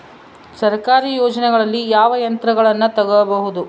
ಸರ್ಕಾರಿ ಯೋಜನೆಗಳಲ್ಲಿ ಯಾವ ಯಂತ್ರಗಳನ್ನ ತಗಬಹುದು?